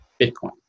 Bitcoin